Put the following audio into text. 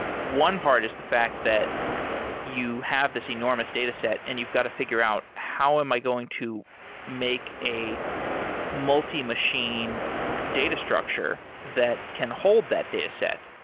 one part is the fact that you have this enormous dataset and you've got to figure out how am i going to make a multi-machine data structure that can hold that dataset.